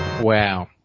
Wow